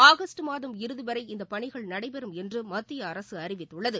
August மாதம் இறுதிவரை இந்தப் பணிகள் நடைபெறும் என்றுமத்தியஅரசுஅறிவித்துள்ளது